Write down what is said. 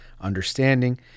understanding